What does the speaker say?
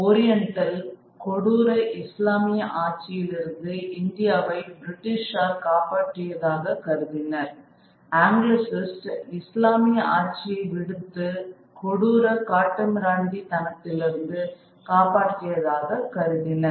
orientalist கொடூர இஸ்லாமிய ஆட்சியிலிருந்து இந்தியாவை பிரிட்டிஷார் காப்பாற்றியதாக கருதினர் ஆங்கிலசிஸ்ட் இஸ்லாமிய ஆட்சியை விடுத்து பிரிட்டிஷார் கொடூர காட்டுமிராண்டித் தனத்திலிருந்து காப்பாற்றியதாக கருதினர்